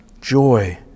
joy